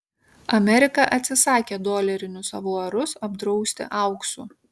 amerika atsisakė dolerinius avuarus apdrausti auksu